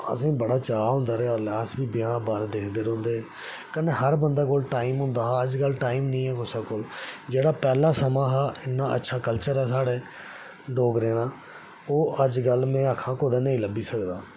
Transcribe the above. असें गी बड़ा चाह् होंदा रेहा उल्लै अस बी दिक्खदे रौंह्दे हे कन्नै हर बंदे कोल टाइम होंदा हा अज्जकल टाइम नेईं ऐ कुसै कोल जेह्ड़ा पैह्ला समां हा इन्नां अच्छा कल्चर हा साढ़े डोगरें दा ओह् अज्जकल न आक्खां कुतै नेईं लब्भी सकदा